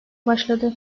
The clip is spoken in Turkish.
başladı